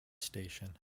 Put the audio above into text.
station